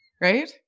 right